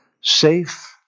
Safe